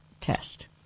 test